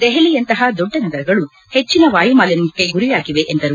ದೆಹಲಿಯಂಥಹ ದೊಡ್ಡ ನಗರಗಳು ಹೆಚ್ಚಿನ ವಾಯುಮಾಲಿನ್ನಕ್ಕೆ ಗುರಿಯಾಗಿವೆ ಎಂದರು